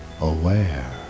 aware